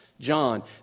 John